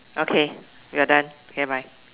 okay we're done okay bye